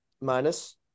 minus